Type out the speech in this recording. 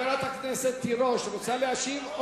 חברת הכנסת תירוש רוצה להשיב?